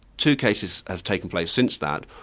two cases have taken place since that,